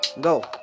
go